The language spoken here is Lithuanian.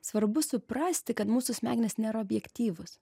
svarbu suprasti kad mūsų smegenys nėra objektyvus